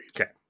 Okay